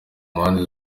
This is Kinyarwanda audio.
mpande